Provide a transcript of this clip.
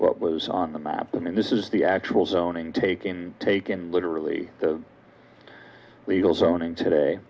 what was on the map and this is the actual zoning taking taken literally the legal zoning today